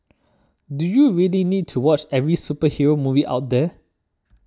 do you really need to watch every superhero movie out there